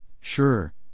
Sure